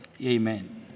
Amen